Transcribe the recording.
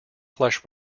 flesh